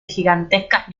gigantescas